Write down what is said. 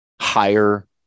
higher